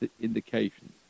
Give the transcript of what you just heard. indications